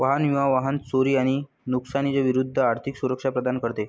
वाहन विमा वाहन चोरी आणि नुकसानी विरूद्ध आर्थिक सुरक्षा प्रदान करते